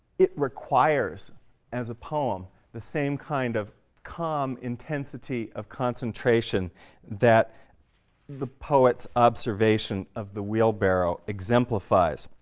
it requires as a poem the same kind of calm intensity of concentration that the poet's observation of the wheelbarrow exemplifies.